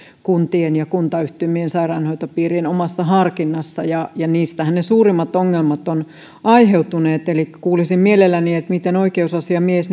kuntien ja kuntayhtymien sairaanhoitopiirien omassa harkinnassa niistähän ne suurimmat ongelmat ovat aiheutuneet elikkä kuulisin mielelläni miten oikeusasiamies